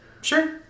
Sure